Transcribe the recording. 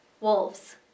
Wolves